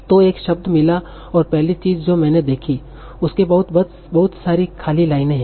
तो एक शब्द मिला और पहली चीज़ जो मैंने देखी उसके बाद बहुत सारी खाली लाइनें हैं